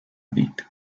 vid